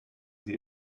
sie